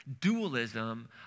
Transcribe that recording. dualism